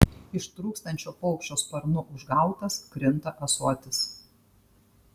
ištrūkstančio paukščio sparnu užgautas krinta ąsotis